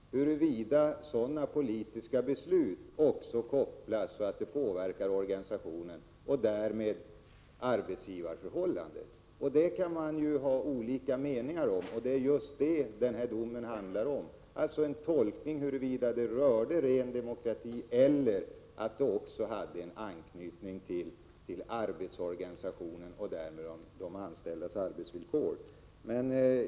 Huruvida sådana politiska beslut också skall kopplas så, att de påverkar organisationen och därmed arbetsgivarförhållandet — det kan man ha olika meningar om. Det är just detta denna dom handlar om, dvs. en tolkning av huruvida detta avsåg den rena demokratin eller om det hade en anknytning till arbetsorganisationen och därmed de anställdas arbetsvillkor.